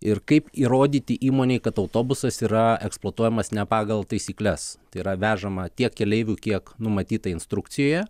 ir kaip įrodyti įmonei kad autobusas yra eksploatuojamas ne pagal taisykles tai yra vežama tiek keleivių kiek numatyta instrukcijoje